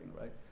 right